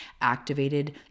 activated